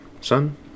Son